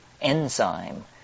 enzyme